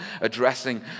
addressing